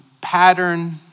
pattern